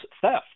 theft